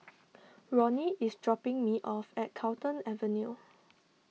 Ronny is dropping me off at Carlton Avenue